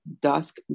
dusk